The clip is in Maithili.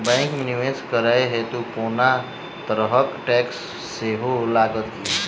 बैंक मे निवेश करै हेतु कोनो तरहक टैक्स सेहो लागत की?